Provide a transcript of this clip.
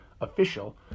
official